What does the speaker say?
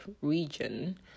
region